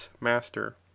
master